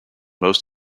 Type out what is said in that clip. most